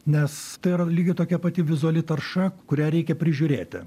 nes tai yra lygiai tokia pati vizuali tarša kurią reikia prižiūrėti